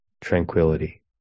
tranquility